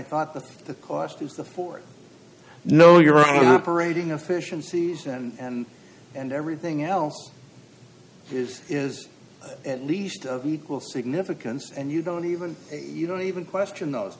thought that the cost is the four no you're only liberating a fish in season and everything else is is at least of equal significance and you don't even you don't even question those